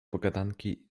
pogadanki